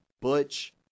Butch